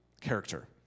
character